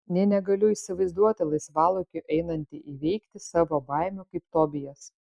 nė negaliu įsivaizduoti laisvalaikiu einanti įveikti savo baimių kaip tobijas